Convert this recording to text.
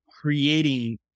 Creating